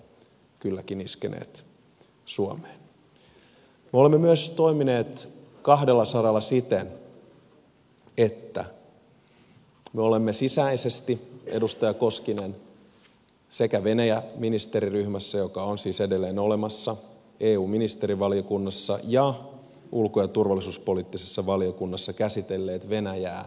me olemme toimineet kahdella saralla siten että me olemme myös sisäisesti edustaja koskinen venäjä ministeriryhmässä joka on siis edelleen olemassa eu ministerivaliokunnassa ja ulko ja turvallisuuspoliittisessa valiokunnassa käsitelleet venäjää viikoittain